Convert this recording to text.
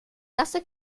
nasse